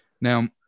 Now